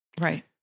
Right